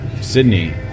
Sydney